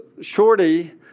Shorty